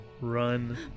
run